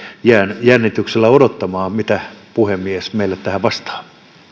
jään jännityksellä odottamaan mitä puhemies meille tähän vastaa